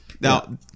Now